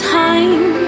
time